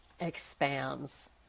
expands